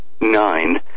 nine